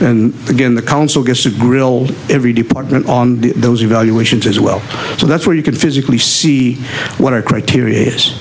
and again the council gets to grill every department on those evaluations as well so that's where you can physically see what our criteria is